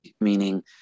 meaning